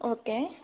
okay